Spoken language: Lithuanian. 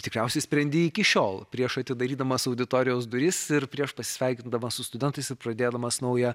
tikriausiai sprendi iki šiol prieš atidarydamas auditorijos duris ir prieš pasisveikindamas su studentais ir pradėdamas naują